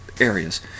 areas